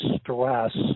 stress